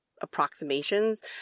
approximations